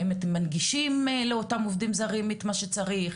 האם אתם מנגישים לאותם עובדים זרים את מה שצריך,